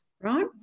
right